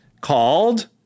called